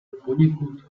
poněkud